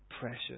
precious